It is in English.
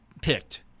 picked